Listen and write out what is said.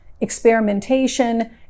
experimentation